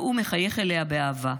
והוא מחייך אליה באהבה.